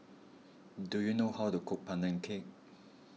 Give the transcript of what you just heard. do you know how to cook Pandan Cake